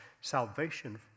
salvation